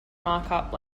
markup